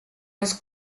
his